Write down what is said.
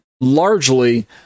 largely